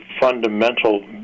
fundamental